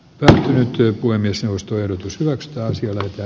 minä nyt työ kuin myös kuusisto toi asiaa esille